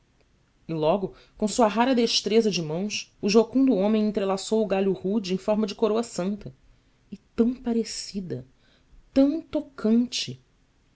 e logo com a sua rara destreza de mãos o jucundo homem entrelaçou o galho rude em forma de coroa santa e tão parecida tão tocante